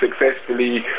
successfully